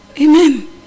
Amen